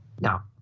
now